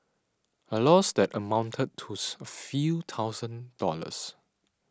a loss that amounted to a few thousand dollars